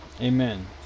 Amen